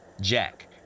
Jack